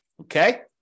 Okay